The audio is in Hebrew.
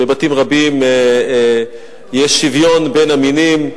בבתים רבים יש שוויון בין המינים,